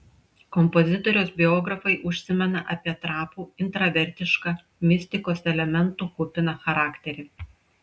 kompozitoriaus biografai užsimena apie trapų intravertišką mistikos elementų kupiną charakterį